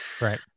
Right